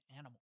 animal